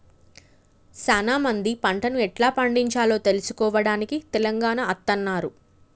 సానా మంది పంటను ఎట్లా పండిచాలో తెలుసుకోవడానికి తెలంగాణ అత్తన్నారు